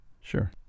Sure